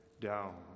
down